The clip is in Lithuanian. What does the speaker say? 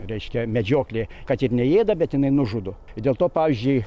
reiškia medžioklė kad ir neėda bet jinai nužudo dėl to pavyzdžiui